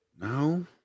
No